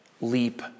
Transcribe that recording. leap